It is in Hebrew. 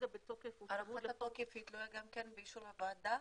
הארכת התוקף תלויה באישור הוועדה?